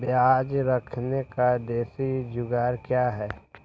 प्याज रखने का देसी जुगाड़ क्या है?